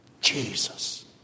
Jesus